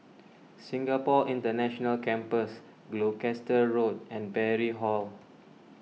Singapore International Campus Gloucester Road and Parry Hall